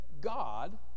God